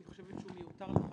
אני חושבת שהוא מיותר לחלוטין.